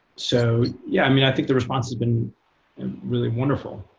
so yeah, i mean, i think the response has been and really wonderful.